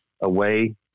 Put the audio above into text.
away